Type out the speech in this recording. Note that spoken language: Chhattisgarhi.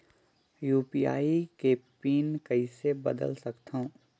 यू.पी.आई के पिन कइसे बदल सकथव?